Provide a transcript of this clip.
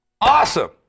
awesome